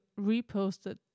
reposted